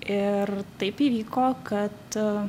ir taip įvyko kad